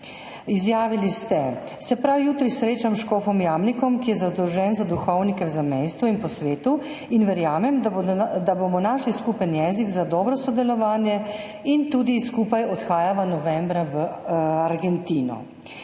Izjavili ste: »Se prav jutri srečam s škofom Jamnikom, ki je zadolžen za duhovnike v zamejstvu in po svetu in verjamem, da bomo našli skupen jezik za dobro sodelovanje in tudi skupaj odhajava novembra v Argentino.«